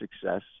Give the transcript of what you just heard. success